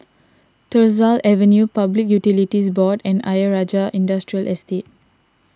Tyersall Avenue Public Utilities Board and Ayer Rajah Industrial Estate